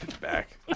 back